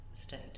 state